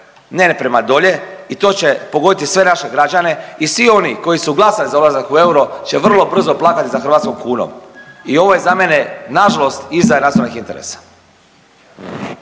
ne prema dolje i to će pogoditi sve naše građane. I svi oni koji su glasali za odlazak u euro će vrlo brzo plakati za hrvatskom kunom i ovo je za mene na žalost izdaja nacionalnih interesa.